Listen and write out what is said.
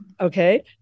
okay